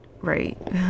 right